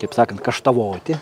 taip sakant kaštavoti